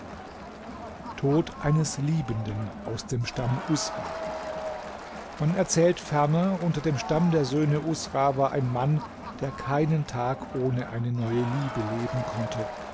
tod eines liebenden aus dem stamm uzra man erzählt ferner unter dem stamm der söhne uzra war ein mann der keinen tag ohne eine neue liebe leben konnte